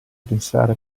pensare